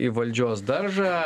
į valdžios daržą